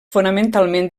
fonamentalment